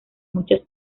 muchas